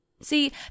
See